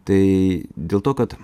tai dėl to kad